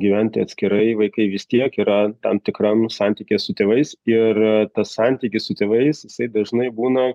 gyventi atskirai vaikai vis tiek yra tam tikram nu santykyje su tėvais ir tas santykis su tėvais jisai dažnai būna